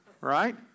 right